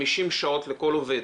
50 שעות שנתיות לכל עובד